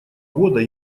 года